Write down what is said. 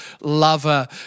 lover